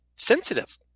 sensitive